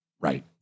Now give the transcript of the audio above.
Right